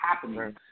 happening